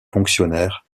fonctionnaire